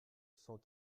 cent